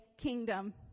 kingdom